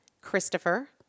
Christopher